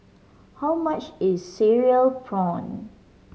how much is cereal prawn